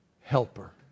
helper